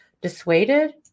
dissuaded